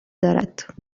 دارد